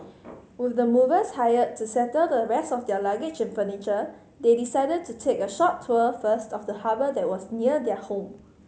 with the movers hired to settle the rest of their luggage and furniture they decided to take a short tour first of the harbour that was near their home